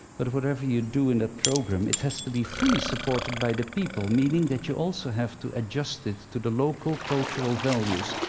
but whatever you do in that program, it has to be fully supported by the people, meaning that you also have to adjust it to the local, cultural values.